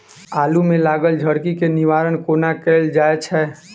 आलु मे लागल झरकी केँ निवारण कोना कैल जाय छै?